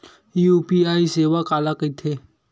UPI सेवा काला कइथे?